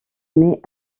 met